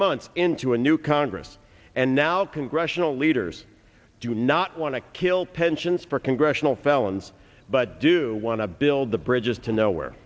months into a new congress and now congressional leaders do not want to kill pensions for congressional felons but do want to build the bridges to nowhere